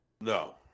No